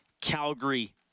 Calgary